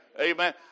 Amen